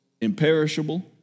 Imperishable